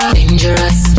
Dangerous